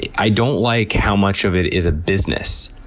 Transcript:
i don't like how much of it is a business.